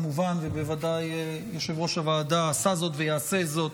ובוודאי יושב-ראש הוועדה עשה זאת ויעשה זאת,